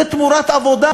זה תמורת עבודה.